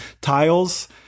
tiles